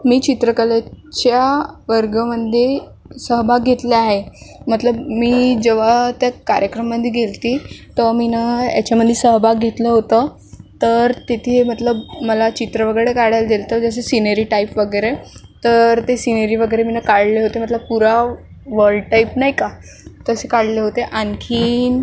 मी चित्रकलेच्या वर्गामध्ये सहभाग घेतला आहे मतलब मी जेव्हा त्या कार्यक्रममध्ये गेली होती तर मी याच्यामध्ये सहभाग घेतला होता तर तिथे मतलब मला चित्र वगैरे काढायला दिलं होतं जसे सीनेरी टाईप वगैरे तर ते सीनेरी वगैरे मी काढले होते मतलब पुरा वर्ल्ड टाईप नाही का तसे काढले होते आणखीन